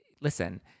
listen